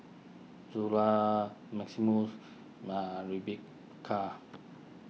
Zula Maximus Rebekah